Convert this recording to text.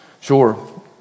Sure